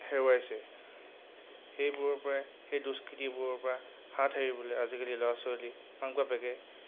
হেৰুৱাইছে সেইবোৰৰপৰাই সেই দুষ্কৃতিবোৰৰপৰা হাত সাৰিবলৈ আজিকালি ল'ৰা ছোৱালী মাক বাপেকে